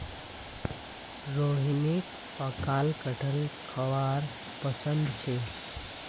रोहिणीक पकाल कठहल खाबार पसंद छेक